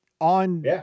on